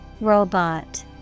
Robot